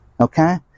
okay